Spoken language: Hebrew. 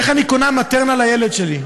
איך אני קונה מטרנה לילד שלי?